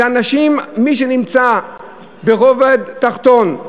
אלה אנשים, מי שנמצא ברובד תחתון,